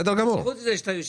פרט לכך שאתה היושב-ראש.